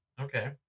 Okay